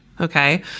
Okay